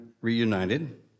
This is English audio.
reunited